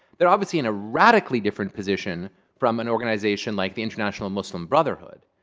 they're obviously in a radically different position from an organization like the international muslim brotherhood.